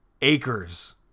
acres